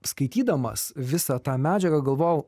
skaitydamas visą tą medžiagą galvojau